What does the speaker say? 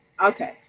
Okay